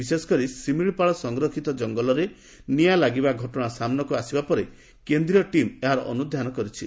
ବିଶେଷକରି ଶିମିଳିପାଳ ସଂରକ୍ଷିତ ଜଙ୍ଙଲରେ ନିଆଁ ଲାଗିବା ଘଟଣା ସାମୁାକୁ ଆସିବା ପରେ କେନ୍ଦ୍ରୀୟ ଟିମ୍ ଏହାର ଅନୁଧ୍ଧାନ କରିଛି